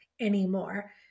anymore